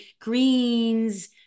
greens